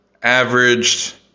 averaged